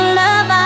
love